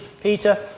Peter